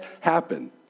happen